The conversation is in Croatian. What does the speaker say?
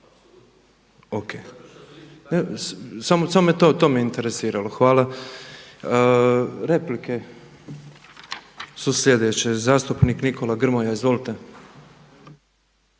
samo me to interesiralo. Hvala. Replike su slijedeće. Zastupnik Nikola Grmoja. Izvolite.